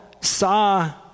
saw